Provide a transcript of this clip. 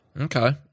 Okay